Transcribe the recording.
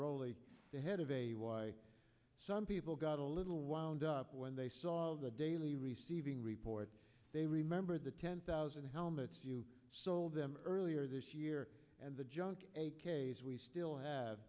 ollie the head of a why some people got a little while and up when they saw the daily receiving report they remembered the ten thousand helmets you sold them earlier this year and the junkie a case we still have